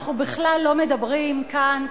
אך בכלל לא מדברים כאן,